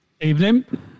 Evening